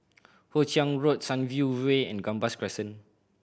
Hoe Chiang Road Sunview Way and Gambas Crescent